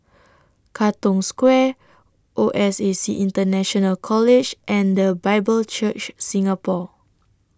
Katong Square O S A C International College and The Bible Church Singapore